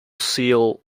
seal